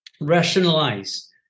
rationalize